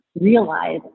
realize